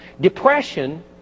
depression